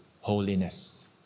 holiness